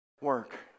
work